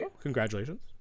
Congratulations